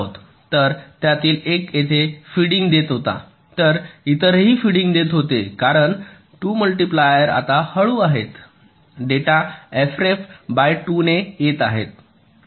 तर त्यातील एक येथे फीडिंग देत होता तर इतर हि येथे फीडिंग देत होते कारण हे 2 मल्टिप्ल्यार आता हळू आहेत डेटा एफ रेफ बाय २ ने येत आहे